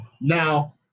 Now